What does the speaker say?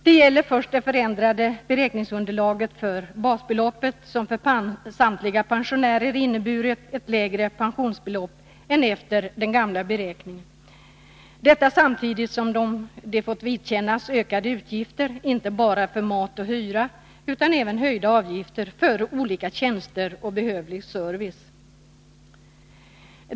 Det gäller först det förändrade beräkningsunderlaget för basbeloppet, som för samtliga pensionärer inneburit ett lägre pensionsbelopp än efter den gamla beräkningen, detta samtidigt som de fått vidkännas ökade utgifter inte bara för mat och hyra utan även för olika tjänster och behövlig service.